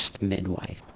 midwife